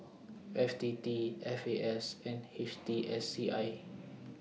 F T T F A S and H T S C I